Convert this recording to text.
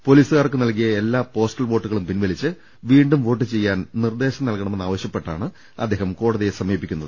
പൊലീസുകാർക്ക് നൽകിയ എല്ലാ പോസ്റ്റൽ വോട്ടുകളും പിൻവലിച്ച് വീണ്ടും വോട്ട് ചെയ്യാൻ നിർദ്ദേശം നൽകണമെന്നാവശ്യപ്പെട്ടാണ് അദ്ദേഹം കോടതിയെ സമീപിക്കുന്നത്